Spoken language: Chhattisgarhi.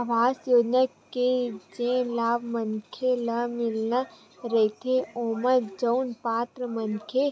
अवास योजना के जेन लाभ मनखे ल मिलना रहिथे ओमा जउन पात्र मनखे